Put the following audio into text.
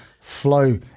Flow